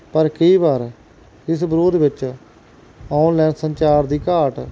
ਪਰ ਕਈ ਵਾਰ ਇਸ ਵਿਰੋਧ ਵਿੱਚ ਔਨਲਾਈਨ ਸੰਚਾਰ ਦੀ ਘਾਟ